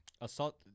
Assault